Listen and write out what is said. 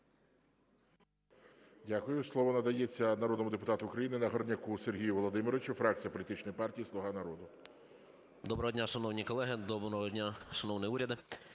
Дякую. Слово надається народному депутату України Нагорняку Сергію Володимировичу, фракція політичної партії "Слуга народу". 11:46:49 НАГОРНЯК С.В. Доброго дня, шановні колеги. Доброго дня, шановний уряд.